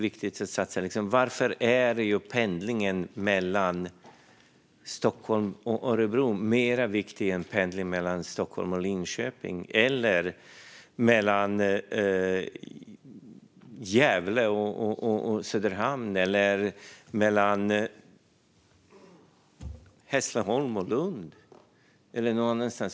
Varför är pendlingen mellan Stockholm och Örebro viktigare än pendling mellan Stockholm och Linköping, Gävle och Söderhamn eller Hässleholm och Lund?